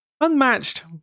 Unmatched